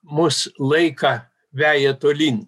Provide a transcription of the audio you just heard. mus laiką veja tolyn